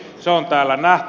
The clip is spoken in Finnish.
se on täällä nähty